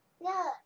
No